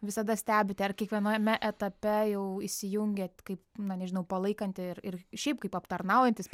visada stebite ar kiekviename etape jau įsijungiat kaip na nežinau palaikanti ir ir šiaip kaip aptarnaujantis